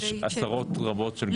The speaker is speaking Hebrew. יש עשרות רבות של גורמים.